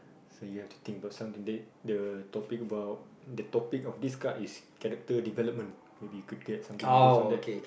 so you have to think about something about the topic about the topic of this cart is character development maybe you can get something based on that